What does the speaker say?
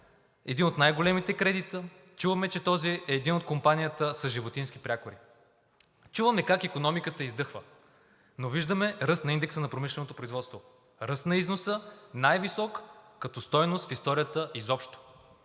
един от най-големите кредити. Чуваме, че този е един от компанията с животински прякори. Чуваме как икономиката издъхва, но виждам ръст на индекса на промишленото производство, ръст на износа, най-висок като стойност в историята изобщо.